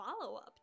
follow-up